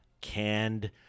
Canned